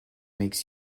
makes